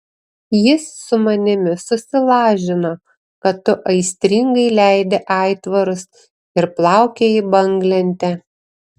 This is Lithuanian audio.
jis su manimi susilažino kad tu aistringai leidi aitvarus ir plaukioji banglente